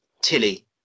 Tilly